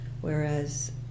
whereas